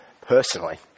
personally